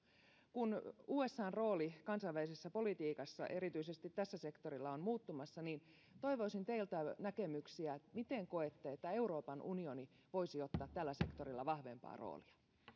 kun usan rooli kansainvälisessä politiikassa erityisesti tällä sektorilla on muuttumassa niin toivoisin teiltä näkemyksiä miten koette että euroopan unioni voisi ottaa tällä sektorilla vahvempaa roolia